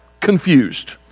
confused